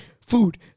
Food